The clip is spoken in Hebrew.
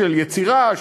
של יצירה,